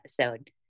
episode